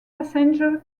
passengers